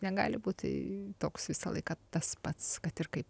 negali būti toks visą laiką tas pats kad ir kaip